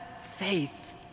faith